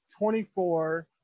24